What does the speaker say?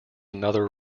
another